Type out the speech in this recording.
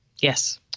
Yes